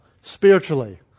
spiritually